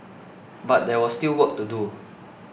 but there was still work to do